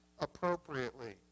appropriately